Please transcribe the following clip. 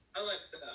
Alexa